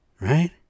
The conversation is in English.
right